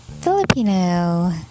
Filipino